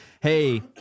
hey